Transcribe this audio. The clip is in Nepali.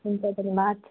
हुन्छ धन्यवाद